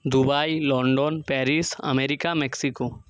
Dubai London Paris America Mexico